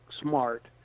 smart